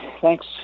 thanks